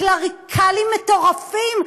קלריקלים מטורפים,